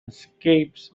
escapes